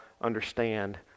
understand